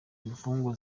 imfungwa